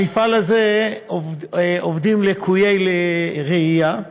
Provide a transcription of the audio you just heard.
במפעל הזה עובדים לקויי ראייה.